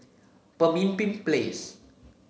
Pemimpin Place